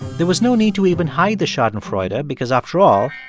there was no need to even hide the schadenfreude ah because, after all,